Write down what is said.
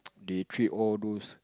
they treat all those